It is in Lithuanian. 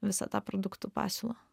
visą tą produktų pasiūlą